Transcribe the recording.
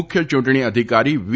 મુખ્ય ચૂંટણી અધિકારી વી